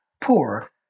poor